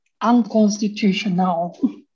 unconstitutional